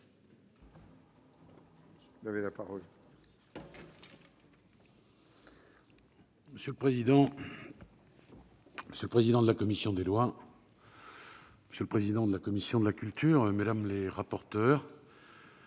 monsieur le président de la commission des lois, monsieur le président de la commission de la culture, mesdames les rapporteures,